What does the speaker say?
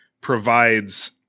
provides